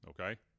Okay